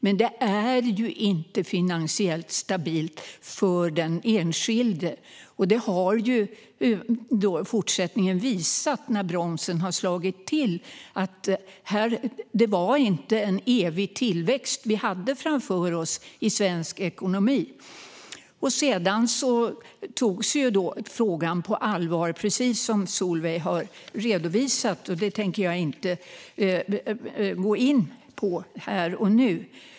Men det är inte finansiellt stabilt för den enskilde. Det har i fortsättningen visat sig när bromsen har slagit till att det inte var en evig tillväxt vi hade framför oss i svensk ekonomi. Sedan togs frågan på allvar, precis som Solveig har redovisat. Det tänker jag inte gå in på här och nu.